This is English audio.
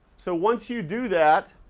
so once you do that